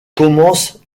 commence